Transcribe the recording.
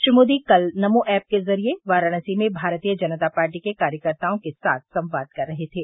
श्री मोदी कल नमो ऐप के ज़रिए वाराणसी में भारतीय जनता पार्टी के कार्यकर्ताओं के साथ संवाद कर रहे थे